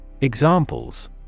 Examples